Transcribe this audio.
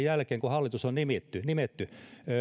jälkeen kun hallitus on nimetty nimetty